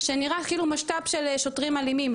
שנראה כאילו משת"פ של שוטרים אלימים.